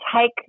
take